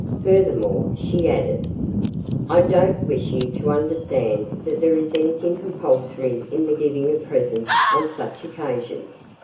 furthermore, she added i don't wish you to understand that there is anything compulsory in the giving of presents on such occasions.